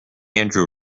andrew